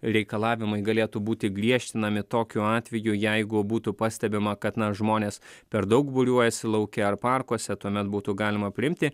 reikalavimai galėtų būti griežtinami tokiu atveju jeigu būtų pastebima kad na žmonės per daug būriuojasi lauke ar parkuose tuomet būtų galima priimti